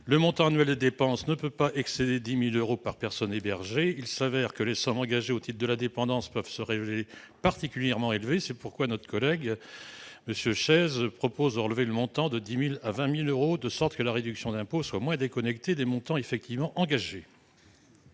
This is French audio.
le montant annuel des dépenses ne pouvant excéder 10 000 euros par personne hébergée. Or les sommes engagées au titre de la dépendance peuvent s'avérer particulièrement élevées. C'est pourquoi M. Chaize propose de relever le plafond de 10 000 à 20 000 euros, en sorte que la réduction d'impôt soit moins déconnectée des montants effectivement engagés.